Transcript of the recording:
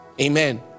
Amen